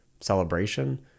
Celebration